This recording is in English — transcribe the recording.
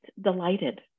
delighted